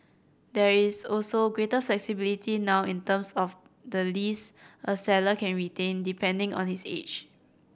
there is also greater flexibility now in terms of the lease a seller can retain depending on his age